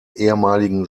ehemaligen